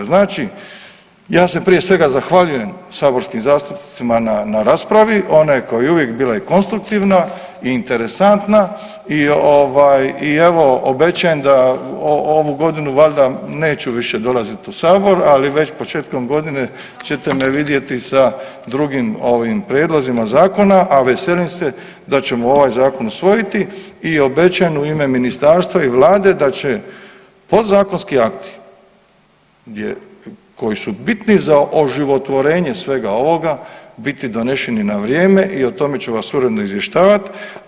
Znači, ja se prije svega zahvaljujem saborskim zastupnicima na raspravi, ona koja je uvijek bila i konstruktivna i interesantna i ovaj evo obećajem da ovu godinu valjda neću više dolazit u Sabor, ali već početkom godine ćete me vidjeti ovaj sa drugim Prijedlozima Zakona, a veselim se da ćemo ovaj Zakon usvojiti i obećajem u ime Ministarstva i Vlade da će podzakonski Akti koji su bitni za oživotvorenje svega ovoga biti doneseni na vrijeme i o tome ću vas uredno izvještavat.